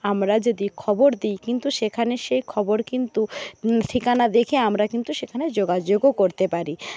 আমরা যদি খবর দিই কিন্তু সেখানে সে খবর কিন্তু ঠিকানা দেখে আমরা কিন্তু সেখানে যোগাযোগও করতে পারি